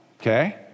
okay